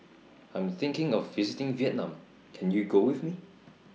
I Am thinking of visiting Vietnam Can YOU Go with Me